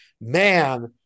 man